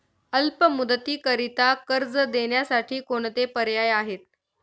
अल्प मुदतीकरीता कर्ज देण्यासाठी कोणते पर्याय आहेत?